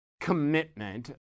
commitment